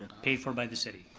paid for by the city.